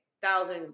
thousand